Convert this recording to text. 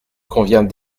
convient